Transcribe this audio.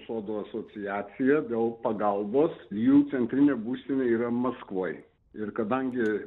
sodų asociaciją dėl pagalbos jų centrinė būstinė yra maskvoj ir kadangi